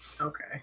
Okay